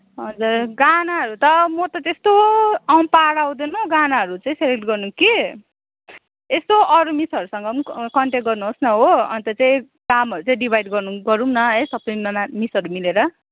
हजुर गानाहरू त म त त्यस्तो पारा आउँदैन गानाहरू चाहिँ सेलेक्ट गर्नु कि यस्तो अरू मिसहरूसँग पनि कनट्याक्ट गर्नुहोस् न हो अन्त चाहिँ कामहरू चाहिँ डिभाइड गरौँ गरौँ न सबैजना मिसहरू मिलेर